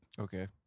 Okay